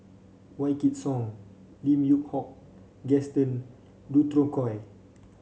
Wykidd Song Lim Yew Hock Gaston Dutronquoy